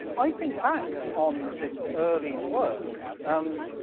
i think back on this early work, um,